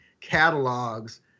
catalogs